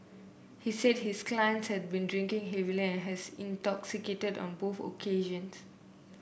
he said his client had will drinking heavily and has intoxicated on both occasions